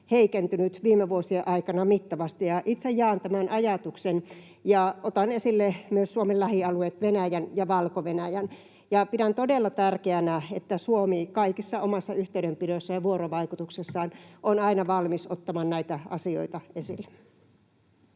heikentyneet viime vuosien aikana mittavasti. Itse jaan tämän ajatuksen ja otan esille myös Suomen lähialueet Venäjän ja Valko-Venäjän. Pidän todella tärkeänä, että Suomi kaikessa omassa yhteydenpidossaan ja vuorovaikutuksessaan on aina valmis ottamaan näitä asioita esille.